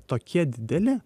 tokie dideli